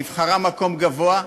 נבחרה למקום גבוה,